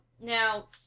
Now